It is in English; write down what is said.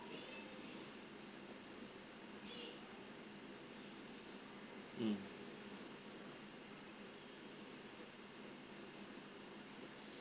mm